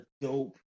dope